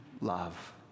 Love